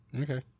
Okay